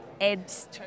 adds